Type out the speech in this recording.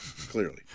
Clearly